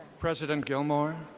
president gilmour,